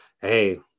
hey